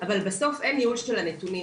אבל בסוף אין ניהול של הנתונים.